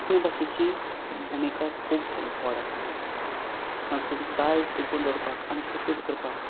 कोंकणी भाशेची भुमिका खूब व्हड आसा सांस्कृतीक दायज तिकून दवरपाक आनी प्रसिद्द करपाक